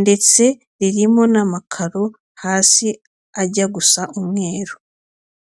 ndetse ririmo n'amakaro hasi ajya gusa umweru.